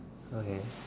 okay